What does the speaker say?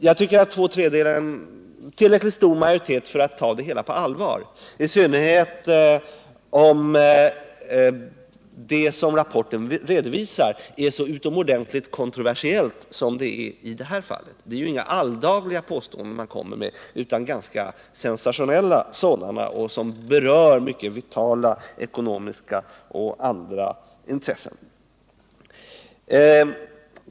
Jag tycker att två tredjedelar är en tillräckligt stor majoritet för att ta det hela på allvar, i synnerhet om det som rapporten redovisar är så utomordentligt kontroversiellt som det är i det här fallet. Det är ju inga alldagliga påståenden man kommer med, utan det är ganska sensationella sådana som berör mycket vitala ekonomiska intressen.